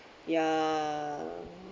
ya